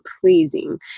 pleasing